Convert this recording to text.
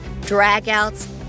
dragouts